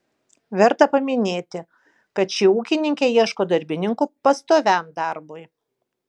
verta paminėti kad ši ūkininkė ieško darbininkų pastoviam darbui